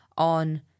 on